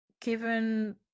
given